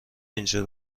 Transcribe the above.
اینجا